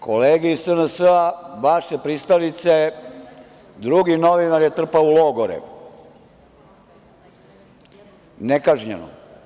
Kolege iz SNS, vaše pristalice drugi novinar je trpao u logore nekažnjeno.